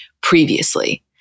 previously